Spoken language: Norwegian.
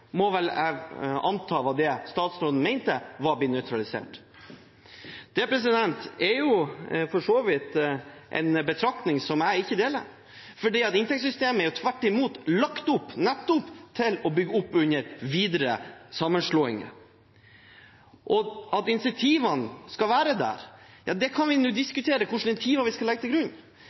må anta statsråden mente – var blitt nøytralisert. Det er for så vidt en betraktning som jeg ikke deler, fordi inntektssystemet er jo tvert imot lagt opp nettopp til å bygge opp under videre sammenslåinger. Og at incentivene skal være der – ja, vi kan jo diskutere hvilke incentiver vi skal legge til grunn